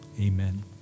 Amen